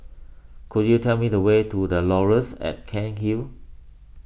could you tell me the way to the Laurels at Cairnhill